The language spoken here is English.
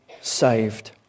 saved